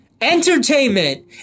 Entertainment